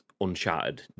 Uncharted